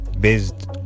based